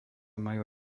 majú